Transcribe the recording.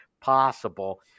possible